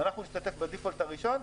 אנחנו נשתתף ב-default הראשון,